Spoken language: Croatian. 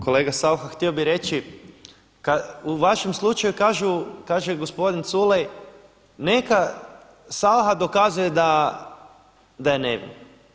Kolega Saucha, htio bih reći, u vašem slučaju kaže gospodin Culej neka Saucha dokazuje da je nevin.